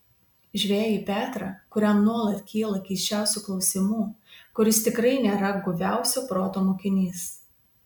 žvejį petrą kuriam nuolat kyla keisčiausių klausimų kuris tikrai nėra guviausio proto mokinys